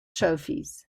trophies